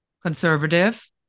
conservative